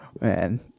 Man